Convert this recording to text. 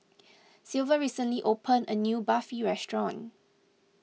Silvia recently opened a new Barfi restaurant